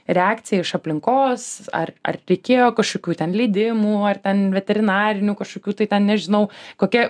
reakcija iš aplinkos ar ar reikėjo kažkokių ten leidimų ar ten veterinarinių kažkokių tai ten nežinau kokia